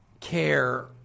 care